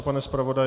Pane zpravodaji?